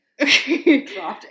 Okay